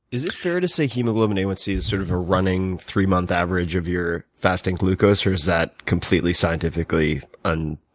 is it fair to say hemoglobin a one c is sort of a running three-month average of your fasting glucose, or is that completely scientifically and